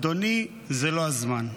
אדוני, זה לא הזמן.